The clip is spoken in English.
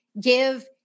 give